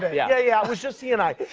yeah, yeah. it was just he and i,